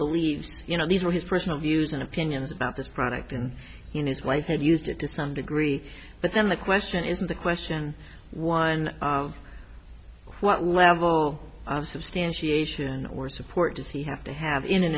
believes you know these are his personal views and opinions about this product in his white had used it to some degree but then the question is the question one what level substantiation or support does he have to have in an